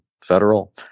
federal